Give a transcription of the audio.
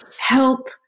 help